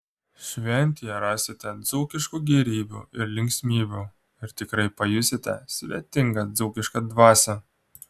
šventėje rasite dzūkiškų gėrybių ir linksmybių ir tikrai pajusite svetingą dzūkišką dvasią